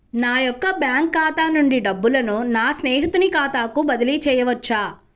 నా యొక్క బ్యాంకు ఖాతా నుండి డబ్బులను నా స్నేహితుని ఖాతాకు బదిలీ చేయవచ్చా?